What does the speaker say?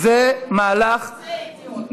זה מהלך, יוצאי אתיופיה.